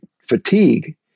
fatigue